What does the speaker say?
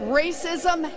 racism